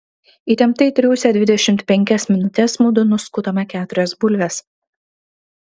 įtemptai triūsę dvidešimt penkias minutes mudu nuskutome keturias bulves